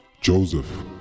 Joseph